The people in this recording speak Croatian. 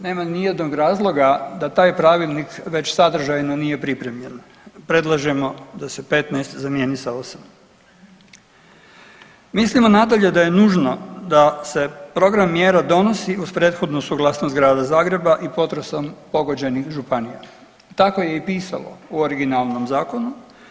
Nema nijednog razloga da taj pravilnik već sadržajno nije pripremljen, predlažemo da se 15 zamijeni sa 8. Mislimo nadalje da je nužno da se program mjera donosi uz prethodnu suglasnost Grada Zagreba i potresom pogođenih županija, tako je i pisalo u originalnom zakonu.